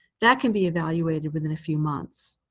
that can be evaluated within a few months.